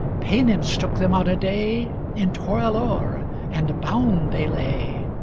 paynims took them on a day in torelore and bound they lay.